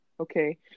Okay